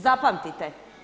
Zapamtite!